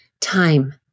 time